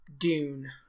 dune